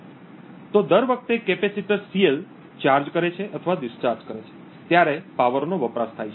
તો દર વખતે કેપેસિટર CL ચાર્જ કરે છે અથવા ડિસ્ચાર્જ કરે છે ત્યારે પાવરનો વપરાશ થાય છે